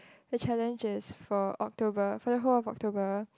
the challenge is for October for the whole of October